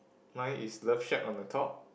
mine is love shack on the top